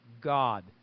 God